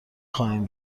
خواهیم